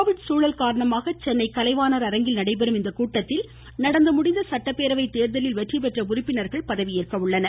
Covid சூழல் காரணமாக சென்னை கலைவாணர் அரங்கில் நடைபெறும் இக்கூட்டத்தில் நடந்து முடிந்த சட்டப்பேரவை தேர்தலில் வெற்றிபெற்ற உறுப்பினர்கள் பதவியேற்க உள்ளனர்